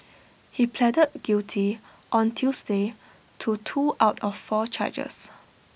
he pleaded guilty on Tuesday to two out of four charges